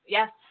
Yes